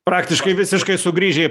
praktiškai visiškai sugrįžę į